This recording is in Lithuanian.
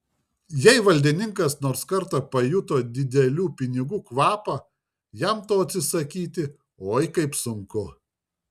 jei valdininkas nors kartą pajuto didelių pinigų kvapą jam to atsisakyti oi kaip sunku